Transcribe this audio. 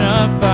up